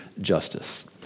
justice